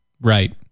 Right